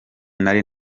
nari